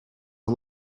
are